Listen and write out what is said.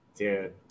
Dude